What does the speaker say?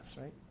right